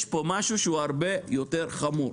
יש פה משהו שהוא הרבה יותר חמור.